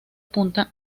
punta